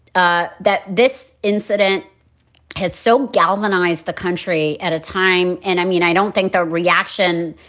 ah that this incident has so galvanized the country at a time. and i mean, i don't think the reaction,